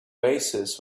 oasis